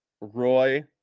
Roy